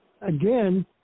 again